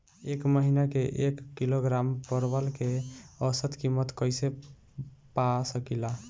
एक महिना के एक किलोग्राम परवल के औसत किमत कइसे पा सकिला?